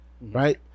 right